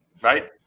right